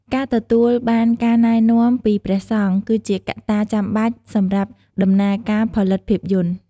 ការទទួលបានការណែនាំពីព្រះសង្ឃ គឺជាកត្តាចាំបាច់សម្រាប់ដំណើរការផលិតភាពយន្ត។